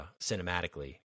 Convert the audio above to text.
cinematically